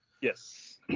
Yes